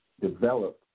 develop